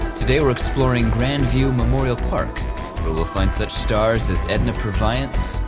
today we're exploring grand view memorial park where we'll find such stars as edna purviance,